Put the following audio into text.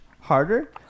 harder